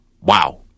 wow